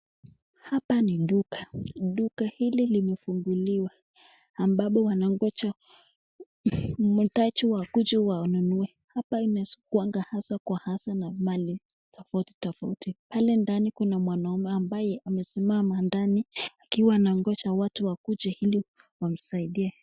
Hapa ni duka duka hili limufukuliwa ambapo wanangoja mtaji wakuje wanunue hapa imesikuwa hasa Kwa hasa na Mali tafauti tafauti pale ndani Kuna mwanaume ambaye amesimama ndani akiwa anangija watu wakuje ili wasaidie.